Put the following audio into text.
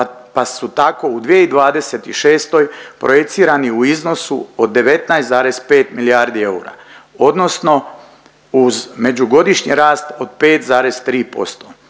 pa su tako u 2026. projicirani u iznosu od 19,5 milijardi eura, odnosno uz međugodišnji rast od 5,3%